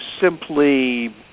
simply